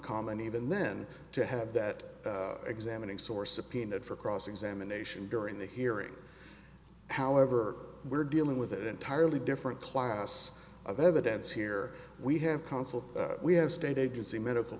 common even then to have that examining source subpoenaed for cross examination during the hearing however we're dealing with an entirely different class of evidence here we have counsel we have state agency medical